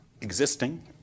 existing